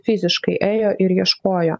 fiziškai ėjo ir ieškojo